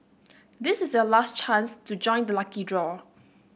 this is your last chance to join the lucky draw